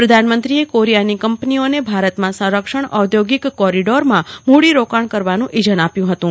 પ્રધાનમંત્રીએ કોરિયાની કંપનીઓને ભારતમાં સંરક્ષણ ઔદ્યોગિક કોરિડોરમાં મૂડીરોકાણ કરવાનું ઇજન આપ્યું હતું